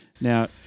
Now